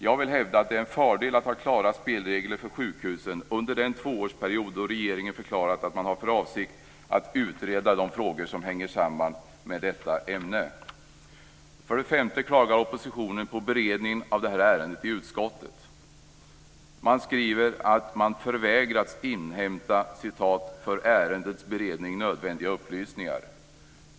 Jag vill hävda att det är en fördel att ha klara spelregler för sjukhusen under den tvåårsperiod som regeringen har förklarat att man har för avsikt att utreda de frågor som hänger samman med detta ämne. Vidare klagar oppositionen på beredningen av ärendet i utskottet. Man skriver att man har förvägrats inhämta för ärendets beredning nödvändiga upplysningar.